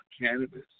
cannabis